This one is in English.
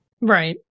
right